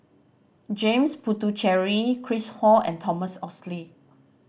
James Puthucheary Chris Ho and Thomas Oxley